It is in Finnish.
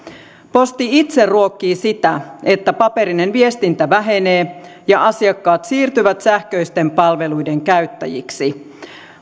posti itse ruokkii sitä että paperinen viestintä vähenee ja asiakkaat siirtyvät sähköisten palveluiden käyttäjiksi